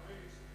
היתה בפריס.